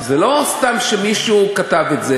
זה לא סתם שמישהו כתב את זה.